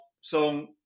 song